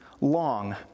long